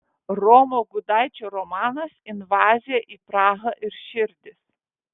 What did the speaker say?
romo gudaičio romanas invazija į prahą ir širdis